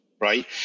right